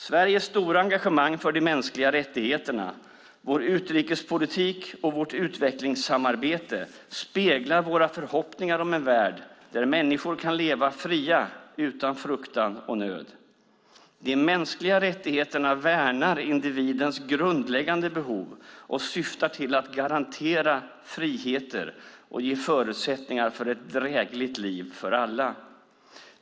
- Sveriges stora engagemang för de mänskliga rättigheterna, vår utrikespolitik och vårt utvecklingssamarbete speglar våra förhoppningar om en värld där människor kan leva fria, utan fruktan och nöd. De mänskliga rättigheterna värnar individens grundläggande behov och syftar till att garantera friheter och ge förutsättningar för ett drägligt liv för alla.